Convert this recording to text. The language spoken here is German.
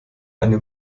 eine